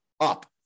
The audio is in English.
up